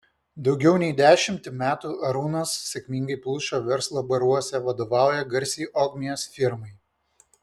daugiau nei dešimtį metų arūnas sėkmingai pluša verslo baruose vadovauja garsiai ogmios firmai